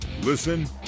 Listen